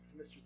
Mr